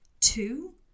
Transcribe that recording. Two